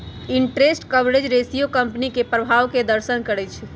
interest coverage ratio company के प्रभाव के प्रदर्शन करइ छै